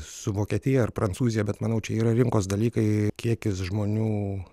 su vokietija ar prancūzija bet manau čia yra rinkos dalykai kiekis žmonių